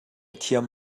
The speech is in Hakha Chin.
thiam